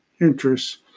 interests